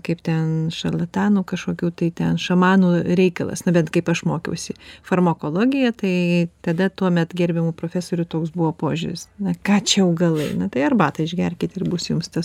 kaip ten šarlatanų kažkokių tai ten šamanų reikalas nu bent kaip aš mokiausi farmakologiją tai tada tuomet gerbiamų profesorių toks buvo požiūris na ką čia augalai na tai arbatą išgerkit ir bus jums tas